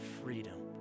freedom